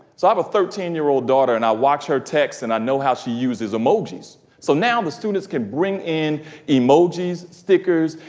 so i have a thirteen year old daughter, and i watch her text, and i know how she uses emojis. so now the students can bring in emojis, stickers,